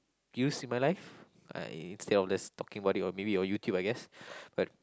did you see my life uh instead of just talking about it or maybe on YouTube I guess but